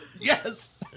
yes